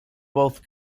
both